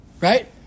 Right